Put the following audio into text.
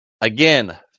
Again